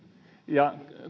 ja